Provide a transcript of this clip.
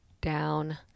down